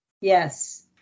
Yes